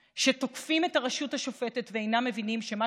שתוקפים את הרשות השופטת ואינם מבינים שמה